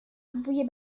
بوی